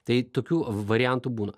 tai tokių variantų būna